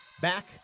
back